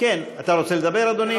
אתה רוצה לדבר, אדוני?